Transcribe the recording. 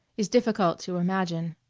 is difficult to imagine.